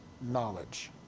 knowledge